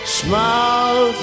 smile